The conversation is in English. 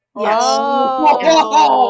Yes